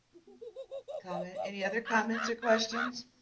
kind of any other comments or questions?